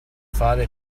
fare